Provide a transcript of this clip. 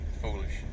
foolish